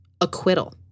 Acquittal